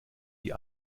die